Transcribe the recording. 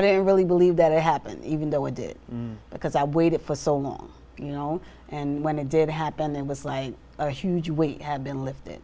don't really believe that it happened even though it did because i waited for so long you know and when it did happen it was like a huge we have been lifted